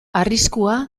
arriskua